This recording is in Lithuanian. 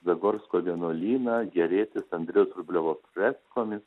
zagorsko vienuolyną gėrėtis andrejaus rubliovo freskomis